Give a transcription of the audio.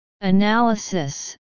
Analysis